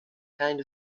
kind